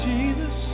Jesus